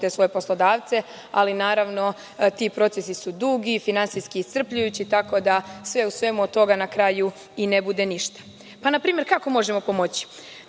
te svoje poslodavce, ali naravno ti procesi su dugi i finansijski iscrpljujući tako da sve u svemu od toga na kraju i ne bude ništa. Na primer, kako možemo pomoći?